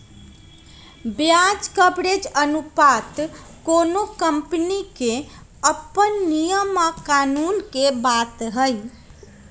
ब्याज कवरेज अनुपात कोनो कंपनी के अप्पन नियम आ कानून के बात हई